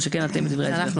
או שכן אתם דברי ההסבר?